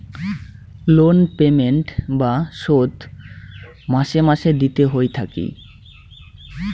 loan payment বা শোধ মাসে মাসে দিতে হই থাকি